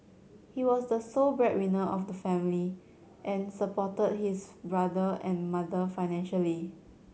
he was the sole breadwinner of the family and supported his brother and mother financially